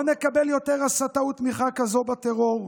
לא נקבל יותר הסתה ותמיכה כזו בטרור.